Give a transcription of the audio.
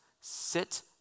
sit